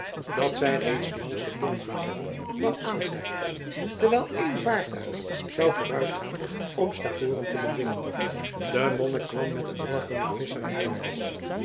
dat zij reeds langs de binnenwateren kwam aanzeilen terwijl één vaartuig zou vooruitgaan om stavoren te bedwingen de monnik kwam met een workummer visscher herwaarts